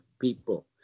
people